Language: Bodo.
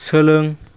सोलों